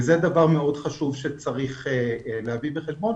זה דבר מאוד חשוב שצריך להביא בחשבון.